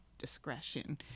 discretion